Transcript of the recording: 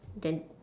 then